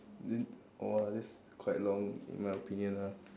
then !wah! that's quite long in my opinion ah